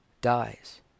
Dies